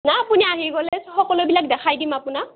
নাই আপুনি আহি গ'লেই সকলোবিলাক দেখাই দিম আপোনাক